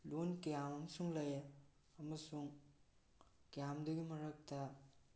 ꯂꯣꯟ ꯀꯌꯥ ꯑꯃꯁꯨ ꯂꯩ ꯑꯃꯁꯨꯡ ꯀꯌꯥꯝꯗꯨꯒꯤ ꯃꯔꯛꯇ